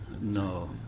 No